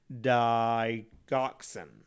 digoxin